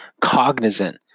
cognizant